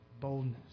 boldness